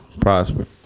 prosper